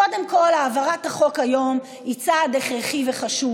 קודם כול, העברת החוק היום היא צעד הכרחי וחשוב,